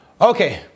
okay